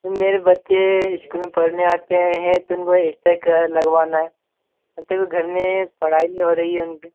मेरे बच्चे स्कूल में पढ़ने आते हैं तो उनको एक्स्ट्रा क्लास लगवानी है क्योंकि घर में पढ़ाई नहीं हो रही है उनकी